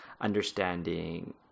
understanding